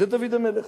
זה דוד המלך.